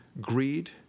greed